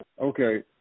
Okay